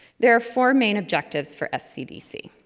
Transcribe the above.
there are four main objectives for scdc.